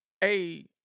hey